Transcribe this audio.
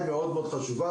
כריזה היא מאוד-מאוד חשובה,